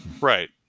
Right